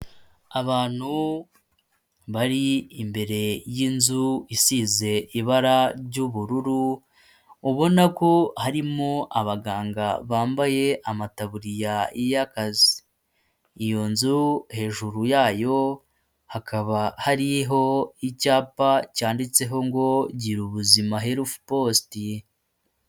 Abantu bari imbere y'inzu isize ibara ry'ubururu, ubona ko harimo abaganga bambaye amataburiya y'akazi, iyo nzu hejuru yayo hakaba hariho icyapa cyanditseho ngo gira ubuzima helufu positi.